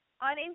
on